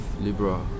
Libra